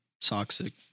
toxic